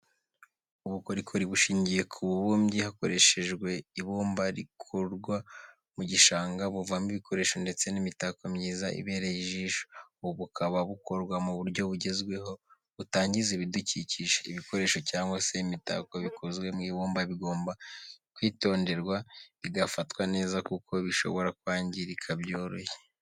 Ubukorikori bushingiye ku bubumbyi hakoreshejwe ibumba rikurwa mu gishanga buvamo ibikoresho ndetse n'imitako myiza ibereye ijisho, ubu bukaba bukorwa mu buryo bugezweho butangiza ibidukikije. ibikoresho cyangwa se imitako bikozwe mu ibumba bigomba kwitonderwa bigafatwa neza kuko bishobora kwangirika byoroshye.